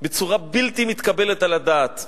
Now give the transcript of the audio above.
בצורה בלתי מתקבלת על הדעת,